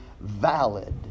valid